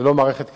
זו לא מערכת קטנה.